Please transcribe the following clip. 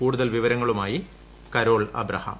കൂടുതൽ വിവരങ്ങളുമായി കരോൾ അബഹാം